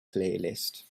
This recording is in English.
playlist